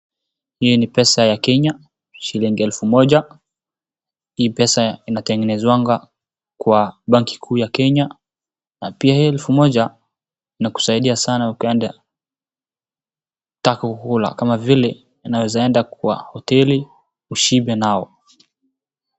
Hii ni pesa ya Kenya, shilingi elfu moja. Hii pesa inatengenezwanga kwa benki kuu ya Kenya na pia hii elfu moja inakusaidia sana Uganda hata kukula kama vile unaweza enda kwa hoteli na ushibe nayo.